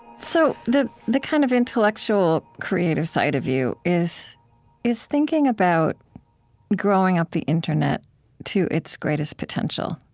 so the the kind of intellectual, creative side of you is is thinking about growing up the internet to its greatest potential,